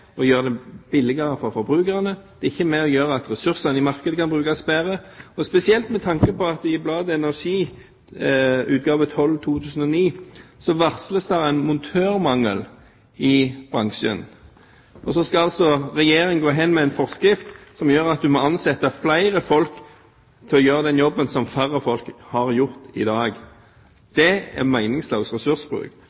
å gjøre det billigere for forbrukerne. Det er ikke med å gjøre at ressursene i markedet kan brukes bedre. Spesielt med tanke på at i bladet Energi utgave 12 for 2009 varsles det en montørmangel i bransjen, skal altså Regjeringen gå hen med en forskrift som gjør at du må ansette flere folk til å gjøre den jobben som færre folk har gjort til i dag.